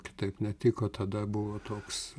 kitaip netiko tada buvo toks